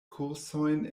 kursojn